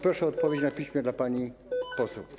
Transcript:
Proszę o odpowiedź na piśmie dla pani poseł.